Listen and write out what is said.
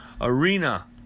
arena